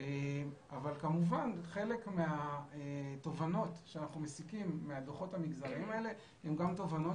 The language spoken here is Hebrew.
חלק מהתובנות שאנחנו מסיקים מהדוחות המגזריים האלה הם גם תובנות